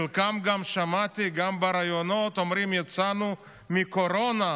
את חלקם גם שמעתי אומרים בראיונות: יצאנו מהקורונה,